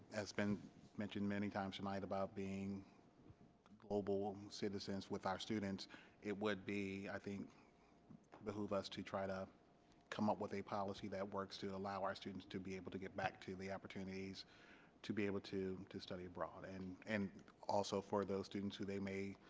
has been mentioned many times tonight about being global citizens with our students it would be i think behoove us to try to come up with a policy that works to allow our students to be able to get back to and the opportunities to be able to to study abroad and and also for those students who they may